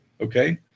Okay